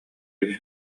үһү